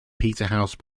peterhouse